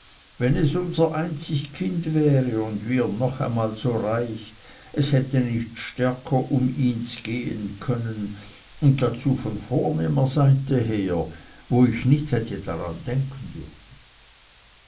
wenn es unser einzig kind wäre und wir noch einmal so reich es hätte nicht stärker um ihns gehen können und dazu von vornehmer seite her wo ich nicht daran hätte denken dürfen